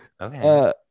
Okay